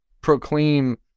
proclaim